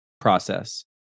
process